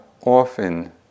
often